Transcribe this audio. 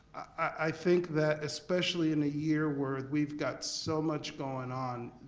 i think that especially in a year where we've got so much goin' on,